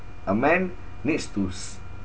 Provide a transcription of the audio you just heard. a man needs to